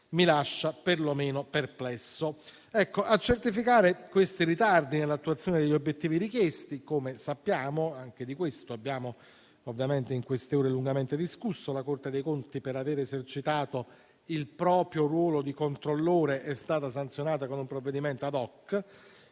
mi lascia perlomeno perplesso. A certificare questi ritardi nell'attuazione degli obiettivi richiesti, come sappiamo - anche di questo abbiamo, nelle ultime ore, lungamente discusso - la Corte dei conti per aver esercitato il proprio ruolo di controllore è stata sanzionata con un provvedimento *ad hoc*